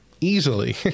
easily